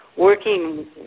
Working